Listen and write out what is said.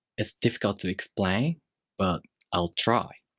it's difficult to explain but i'll try.